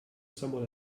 someone